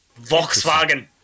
Volkswagen